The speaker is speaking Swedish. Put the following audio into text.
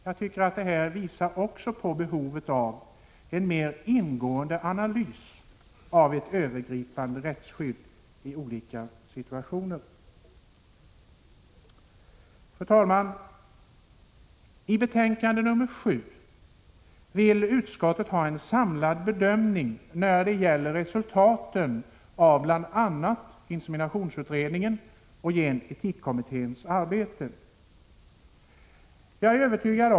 Jag tycker att detta visar på behovet av en mer ingående analys av ett övergripande rättsskydd i olika situationer. Fru talman! I betänkande nr 7 vill utskottet ha en samlad bedömning när det gäller resultaten av bl.a. inseminationsutredningen och gen-etik-kommitténs arbete.